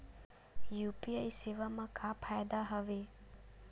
UPI सेवा मा का फ़ायदा हवे?